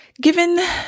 given